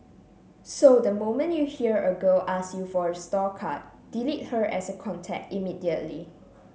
so the moment you hear a girl ask you for a store card delete her as a contact immediately